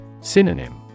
Synonym